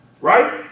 Right